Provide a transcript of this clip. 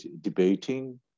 debating